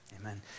amen